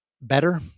better